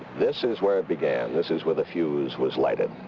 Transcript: this is where it began. this is where the fuse was lighted.